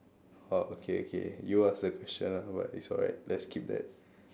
orh okay okay you ask the question ah but it's alright let's skip that